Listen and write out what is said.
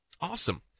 Awesome